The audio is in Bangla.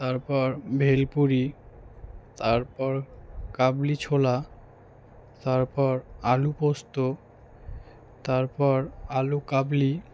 তারপর ভেলপুরি তারপর কাবলি ছোলা তারপর আলু পোস্ত তারপর আলু কাবলি